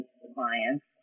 clients